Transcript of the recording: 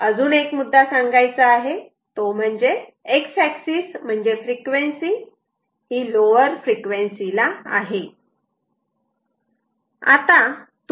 अजून एक मुद्दा सांगायचा आहे तो म्हणजे X एक्सिस म्हणजे फ्रिक्वेन्सी लोवर फ्रिक्वेन्सी ला आहे